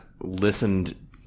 listened